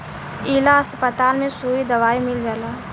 ए ला अस्पताल में सुई दवाई मील जाला